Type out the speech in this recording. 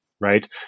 right